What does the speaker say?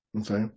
Okay